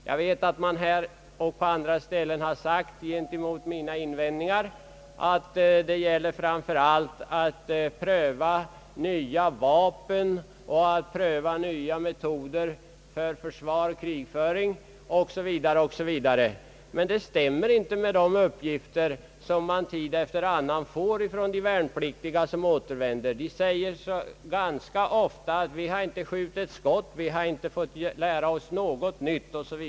Jag vet att man här gentemot mina iakttagelser har invänt att det framför allt gäller att pröva nya vapen och nya metoder för krigföring o. s. v. Det stämmer inte med de uppgifter som man tid efter annan får från värnpliktiga som återvänder från repetitionsövningar. De säger ganska ofta att de inte har skjutit ett enda skott, inte fått lära sig något nytt o. s. v.